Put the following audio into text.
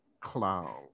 clown